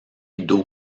d’eau